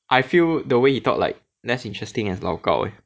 I feel the way he talk like less interesting as lao gao eh